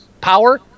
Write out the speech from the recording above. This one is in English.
power